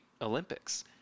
Olympics